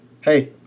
Hey